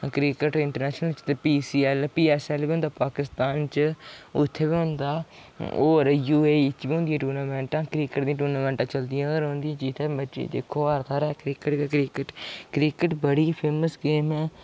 cricket international च ते पीसीऐल्ल पीऐस्सऐल्ल बी होंदा पाकिस्तान च उत्थै बी होंदा होर यूएई च बी होंदियां टूर्नामैंटां क्रिकेट दी टूर्नामैंटा चलदियां गै रौंह्दियां जित्थै मर्जी दिक्खो हर थाह्र क्रिकेट गै क्रिकेट क्रिकेट बड़ी फेमस गेम ऐ